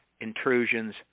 Intrusions